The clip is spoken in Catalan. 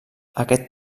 aquest